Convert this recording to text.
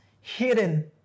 hidden